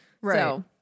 Right